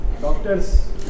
Doctors